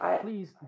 please